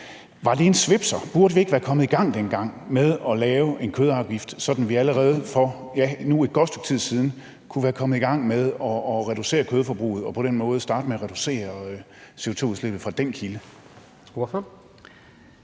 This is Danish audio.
Var det en svipser? Burde vi ikke være kommet i gang dengang med at lave en kødafgift, sådan at vi allerede for et godt stykke tid siden kunne være kommet i gang med at reducere kødforbruget og på den måde starte med at reducere CO2-udslippet fra den kilde?